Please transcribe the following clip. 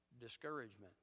discouragement